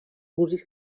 músics